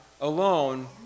alone